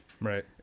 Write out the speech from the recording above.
right